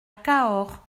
cahors